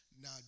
Now